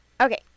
Okay